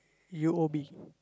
U_O_B